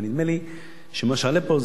נדמה לי שמה שעלה פה,